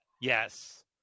Yes